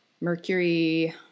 Mercury